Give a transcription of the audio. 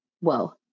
whoa